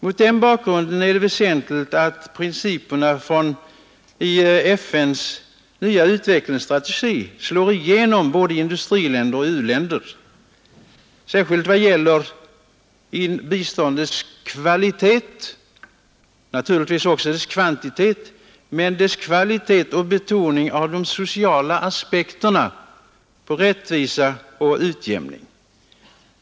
Mot denna bakgrund är det väsentligt att principerna i FN:s nya utvecklingsstrategi slår igenom i både industriländer och u-länder, särskilt vad gäller biståndets kvalitet — naturligtvis också dess kvantitet — och betoningen av de sociala aspekterna på rättvisa och utjämning.